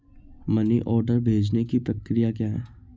Money order भेजने की प्रक्रिया क्या है?